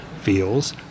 feels